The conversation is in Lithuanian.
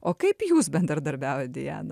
o kaip jūs bendradarbiaujat diana